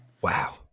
Wow